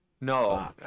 No